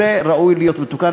וזה ראוי להיות מתוקן.